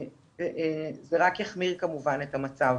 זה כמובן רק יחמיר את המצב.